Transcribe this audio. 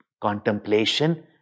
contemplation